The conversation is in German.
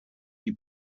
die